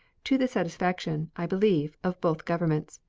to the satisfaction, i believe, of both governments.